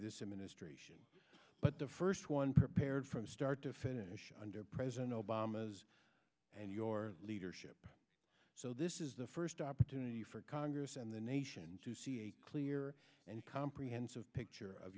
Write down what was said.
this administration but the first one prepared from start to finish under president obama's and your leadership so this is the first opportunity for congress and the nation to see a clear and comprehensive picture of